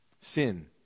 Sin